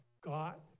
got